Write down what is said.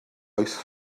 oes